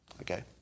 Okay